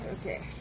Okay